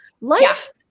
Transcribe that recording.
Life